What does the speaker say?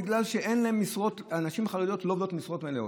בגלל שנשים חרדיות לא עובדות במשרות מלאות.